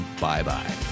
bye-bye